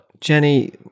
Jenny